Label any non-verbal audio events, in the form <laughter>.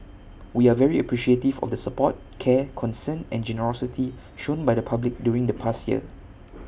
<noise> we are very appreciative of the support care concern and generosity shown by the public during the past year